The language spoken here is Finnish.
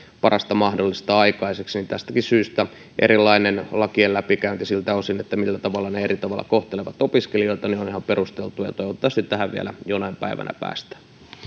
parasta mahdollista aikaiseksi tästäkin syystä erilainen lakien läpikäynti siltä osin millä eri tavoilla ne kohtelevat opiskelijoita on ihan perusteltua toivottavasti tähän vielä jonain päivänä päästään